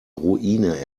ruine